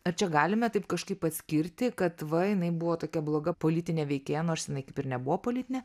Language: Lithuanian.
ar čia galime taip kažkaip atskirti kad va jinai buvo tokia bloga politinė veikėja nors jinai kaip ir nebuvo politinė